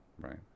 right